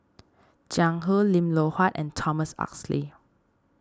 Jiang Hu Lim Loh Huat and Thomas Oxley